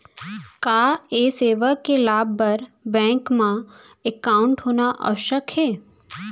का ये सेवा के लाभ बर बैंक मा एकाउंट होना आवश्यक हे